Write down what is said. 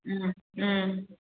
ꯎꯝ ꯎꯝ